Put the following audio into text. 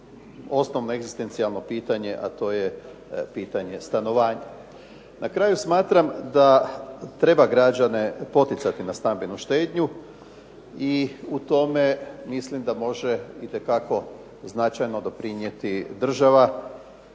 osnovno egzistencijalno pitanje, a to je pitanje stanovanja. Na kraju smatram da treba građane poticati na stambenu štednju i u tome mislim da može itekako značajno doprinijeti država,